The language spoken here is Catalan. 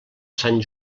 sant